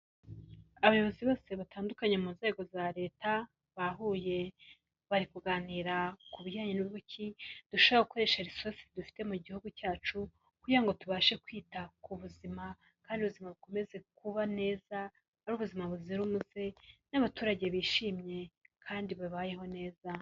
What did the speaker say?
Abayobozi bose batandukanye mu nzego za leta bahuye, bari kuganira ku bijyanye n'uburyo ki twarushaho gukoresha resources dufite mu gihugu cyacu kugira ngo tubashe kwita ku buzima kandi ubuzima bukomeze kuba neza ari ubuzima buzira umuze n'abaturage bishimye kandi babayeho neza.